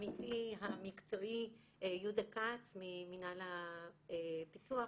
ועמיתי המקצועי יהודה כץ ממינהל הפיתוח,